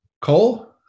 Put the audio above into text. Cole